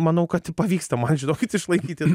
manau kad pavyksta man žinokit išlaikyti